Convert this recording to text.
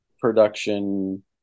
production